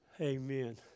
Amen